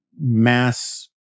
mass